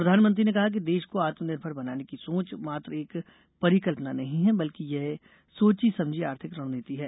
प्रधानमंत्री ने कहा कि देश को आत्मनिर्भर बनाने की सोच मात्र एक परिकल्पना नहीं है बल्कि यह सोची समझी आर्थिक रणनीति है